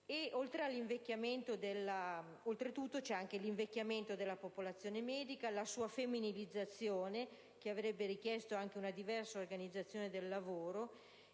Oltre a ciò, c'è l'invecchiamento della popolazione medica e alla sua femminilizzazione, che avrebbero richiesto anche una diversa organizzazione del lavoro.